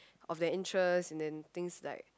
of their interests and then things like